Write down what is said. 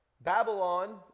Babylon